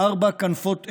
בארבע כנפות הארץ,